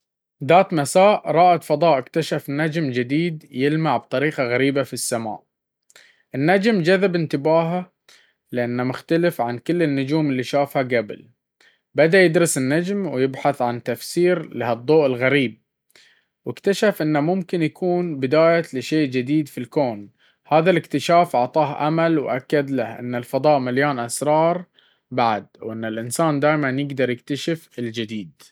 ذات مساء، رائد فضاء اكتشف نجم جديد يلمع بطريقة غريبة في السماء. النجم جذب انتباهه لأنه مختلف عن كل النجوم اللي شافها قبل. بدأ يدرس النجم ويبحث عن تفسير لهالضوء الغريب، واكتشف إنه ممكن يكون بداية لشيء جديد في الكون. هذا الاكتشاف عطاه أمل وأكد له إن الفضاء مليان أسرار بعد، وإن الإنسان دايمًا يقدر يكتشف الجديد.